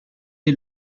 est